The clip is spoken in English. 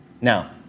Now